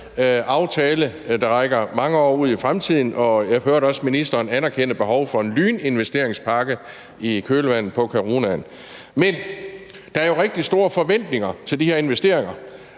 aftale, der rækker mange år ud i fremtiden. Jeg hørte også ministeren anerkende et behov for en lyninvesteringspakke i kølvandet på coronaen. Men der er jo rigtig store forventninger til de her investeringer,